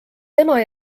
tema